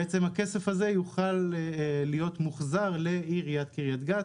הכסף הזה יוכל להיות מוחזר לעיריית קריית גת,